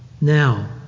Now